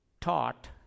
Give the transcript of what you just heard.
taught